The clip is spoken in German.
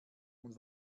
und